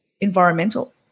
environmental